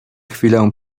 chwilę